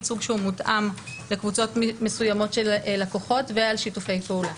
ייצוג שהוא מותאם לקבוצות מסוימות של לקוחות ועל שיתופי פעולה.